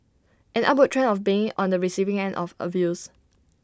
an upward trend of being on the receiving end of abuse